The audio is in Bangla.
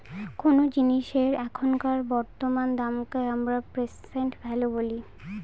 কোনো জিনিসের এখনকার বর্তমান দামকে আমরা প্রেসেন্ট ভ্যালু বলি